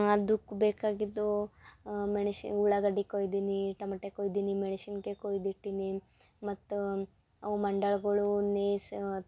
ಅದಕ್ ಬೇಕಾಗಿದ್ದ ಮೆಣ್ಶಿ ಉಳ್ಳಾಗಡ್ಡೆ ಕೊಯ್ದಿನಿ ಟಮಟೆ ಕೊಯ್ದಿನಿ ಮೆಣ್ಸಿನ್ಕಾಯಿ ಕೊಯ್ದು ಇಟ್ಟಿನಿ ಮತ್ತು ಅವು ಮಂಡಾಳ್ಗಳು ನೇಸ